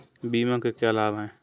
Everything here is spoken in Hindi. बीमा के क्या लाभ हैं?